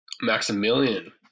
Maximilian